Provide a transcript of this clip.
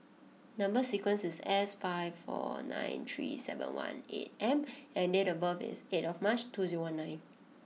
number sequence is S five four nine three seven one eight M and date of birth is eight of March two zero one nine